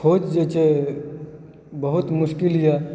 खोज जे छै बहुत मुश्किल यऽ